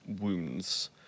wounds